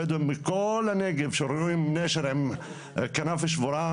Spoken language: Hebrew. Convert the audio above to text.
הבדואים מכל הנגב שרואים נשר עם כנף שבורה,